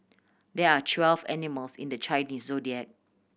there are twelve animals in the Chinese Zodiac